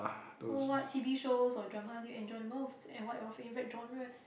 so what T_V shows or dramas you enjoy the most and what are your favourite genres